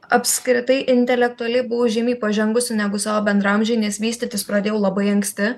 apskritai intelektualiai buvo žymiai pažengusi negu savo bendraamžiai nes vystytis pradėjau labai anksti